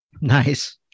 Nice